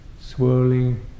swirling